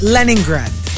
Leningrad